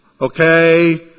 okay